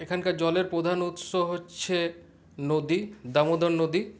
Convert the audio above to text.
এখানকার জলের প্রধান উৎস হচ্ছে নদী দামোদর নদী